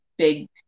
big